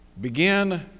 begin